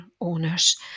owners